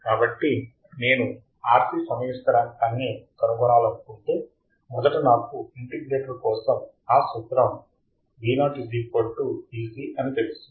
కాబట్టి నేను RC సమయ స్థిరాంకాన్ని కనుగొనాలనుకుంటే మొదట నాకు ఇంటిగ్రేటర్ కోసం నా సూత్రం Vo Vc అని తెలుసు